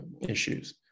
issues